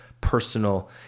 personal